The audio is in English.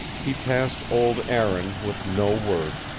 he passed old aaron with no word,